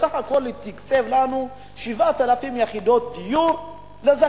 בסך הכול הוא תקצב לנו 7,000 יחידות דיור לזכאים.